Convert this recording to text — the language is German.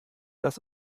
dass